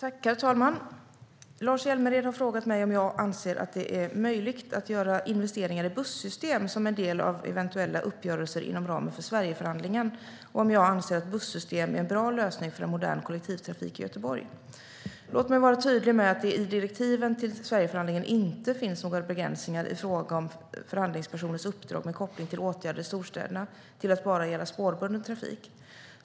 Herr talman! Lars Hjälmered har frågat mig om jag anser att det är möjligt att göra investeringar i bussystem som en del av eventuella uppgörelser inom ramen för Sverigeförhandlingen och om jag anser att busssystem är en bra lösning för en modern kollektivtrafik i Göteborg. Låt mig vara tydlig med att det i direktiven till Sverigeförhandlingen inte finns några begränsningar i fråga om förhandlingspersonens uppdrag med koppling till åtgärder i storstäderna till att bara gälla spårbunden trafik.